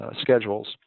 schedules